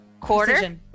Quarter